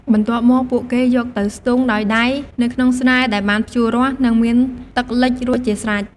បន្ទាប់មក ពួកគេយកទៅ ស្ទូងដោយដៃ នៅក្នុងស្រែដែលបានភ្ជួររាស់ និងមានទឹកលិចរួចជាស្រេច។